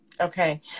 okay